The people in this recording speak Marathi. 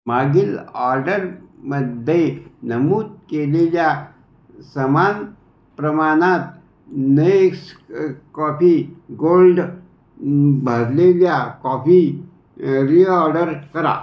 मागील ऑर्डरमध्ये नमूद केलेल्या समान प्रमाणात नेसकॉफी गोल्ड भाजलेल्या कॉफी रीऑर्डर करा